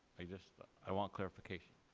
i just i want clarification.